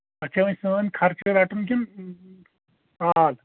اَتھ چھا وۄنۍ سٲنۍ خرچے رَٹُن کِنہٕ ساد